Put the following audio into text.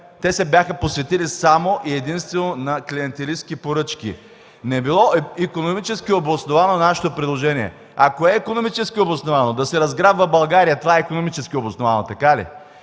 те се бяха посветили единствено и само на клиентелистки поръчки. Не било икономически обосновано нашето предложение. А кое е икономически обосновано? Да се разграбва България – това е икономически обосновано, така ли?